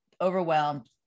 overwhelmed